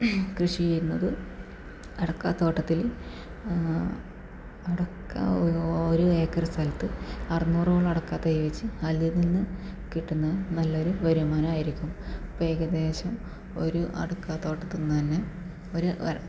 കൃഷി ചെയ്യുന്നത് അടയ്ക്കാത്തോട്ടത്തിലും അടയ്ക്ക ഒരു ഏക്കർ സ്ഥലത്ത് അറുനൂറോളം അടയ്ക്ക തൈ വെച്ച് അതിൽ നിന്നും കിട്ടുന്ന നല്ലൊരു വരുമാനമായിരിക്കും ഏകദേശം ഒരു അടയ്ക്കാത്തോട്ടത്തിൽ നിന്ന് തന്നെ ഒര്